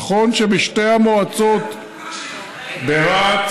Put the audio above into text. נכון שבשתי המועצות, איפה נותנים מגרשים?